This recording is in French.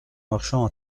marchant